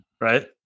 right